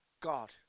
God